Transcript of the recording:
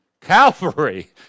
Calvary